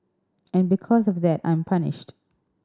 and because of that I'm punished